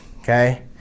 okay